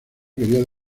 quería